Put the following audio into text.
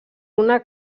una